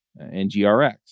NGRX